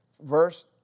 Verse